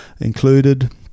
included